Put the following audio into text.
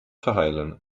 verheilen